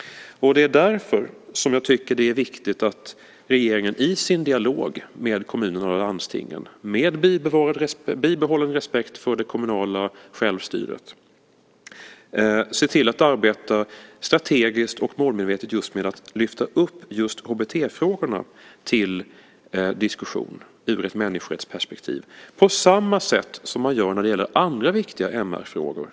Det är därför som jag tycker att det är viktigt att regeringen i sin dialog med kommunerna och landstingen, med bibehållen respekt för det kommunala självstyret, ser till att arbeta strategiskt och målmedvetet med att lyfta upp just HBT-frågorna till diskussion ur ett människorättsperspektiv, på samma sätt som man gör när det gäller andra viktiga MR-frågor.